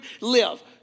live